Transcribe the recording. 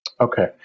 Okay